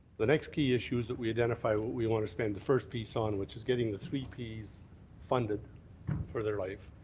the next key issue is that we identify what we want to spend the first piece on which is getting the three p funded for their life.